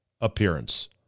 appearance